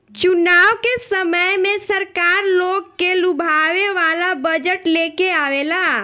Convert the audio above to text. चुनाव के समय में सरकार लोग के लुभावे वाला बजट लेके आवेला